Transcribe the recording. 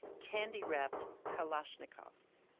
candy-wrapped kalashnikovs.